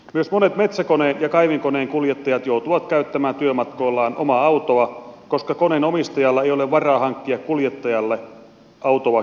myös monet metsäkoneen ja kaivinkoneenkuljettajat joutuvat käyttämään työmatkoillaan omaa autoa koska koneen omistajilla ei ole varaa hankkia kuljettajille autoa käyttöön